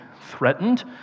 threatened